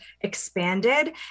expanded